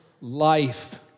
life